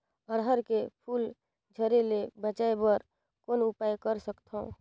अरहर के फूल झरे ले बचाय बर कौन उपाय कर सकथव?